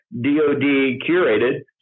DOD-curated